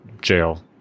jail